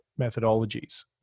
methodologies